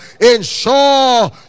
ensure